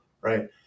right